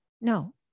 no